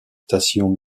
stations